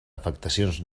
afectacions